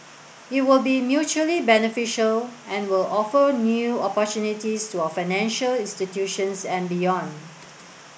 it will be mutually beneficial and will offer new opportunities to our financial institutions and beyond